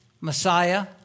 Messiah